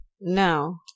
No